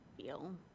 feel